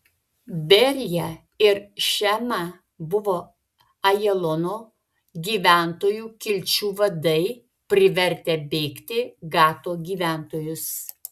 berija ir šema buvo ajalono gyventojų kilčių vadai privertę bėgti gato gyventojus